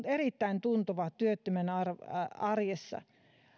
erittäin tuntuva työttömän arjessa